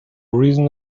reason